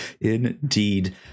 indeed